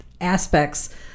aspects